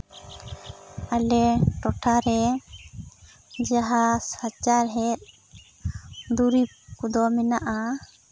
ᱟᱞᱮ ᱴᱚᱴᱷᱟᱨᱮ ᱡᱟᱦᱟᱸ ᱥᱟᱪᱟᱨᱦᱮᱫ ᱫᱩᱨᱤᱵ ᱠᱚᱫᱚ ᱢᱮᱱᱟᱜᱼᱟ